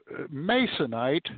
masonite